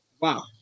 Wow